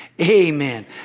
amen